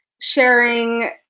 sharing